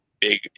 big